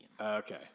Okay